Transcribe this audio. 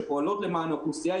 שפועלות למען האוכלוסייה,